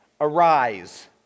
Arise